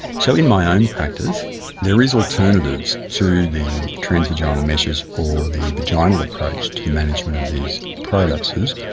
so in my own practice there is alternatives to the trans-vaginal meshes or the vaginal approach to the management of these prolapses,